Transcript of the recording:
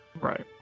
Right